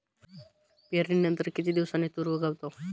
पेरणीनंतर किती दिवसांनी तूर उगवतो?